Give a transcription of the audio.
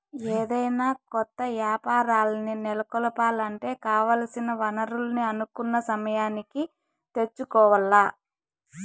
ఏదైనా కొత్త యాపారాల్ని నెలకొలపాలంటే కావాల్సిన వనరుల్ని అనుకున్న సమయానికి తెచ్చుకోవాల్ల